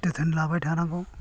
जोथोन लाबाय थानांगौ